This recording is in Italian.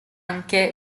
anche